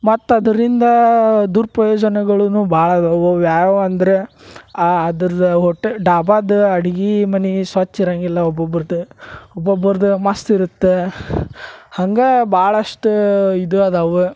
ಮತ್ತೆ ಅದರಿಂದ ದುರ್ಪ್ರಯೋಜನಗಳುನು ಭಾಳ ಅದವು ಅವ ಯಾವುವಂದ್ರ ಅದ್ರದ ಹೋಟ್ ಡಾಬಾದ್ದ ಅಡ್ಗಿ ಮನೆ ಸ್ವಚ್ಛ ಇರಂಗಿಲ್ಲ ಒಬ್ಬೊಬ್ರದ ಒಬ್ಬೊಬ್ರದು ಮಸ್ತ್ ಇರತ್ತೆ ಹಂಗೆ ಭಾಳಷ್ಟ ಇದು ಅದಾವ